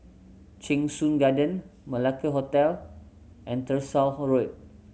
Cheng Soon Garden Malacca Hotel and Tyersall Road